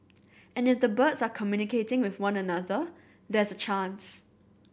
and if the birds are communicating with one another there's a chance